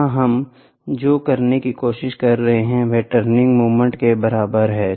यहाँ हम जो करने की कोशिश कर रहे हैं वह टर्निंग मोमेंट Tm के बराबर है